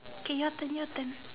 okay your turn your turn